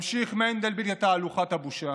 ממשיך מנדלבליט את תהלוכת הבושה.